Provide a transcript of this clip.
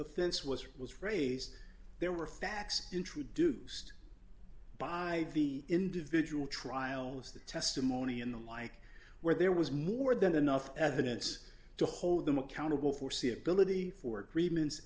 offense was was raised there were facts introduced by the individual trial of the testimony and the like where there was more than enough evidence to hold them accountable foreseeability for treatments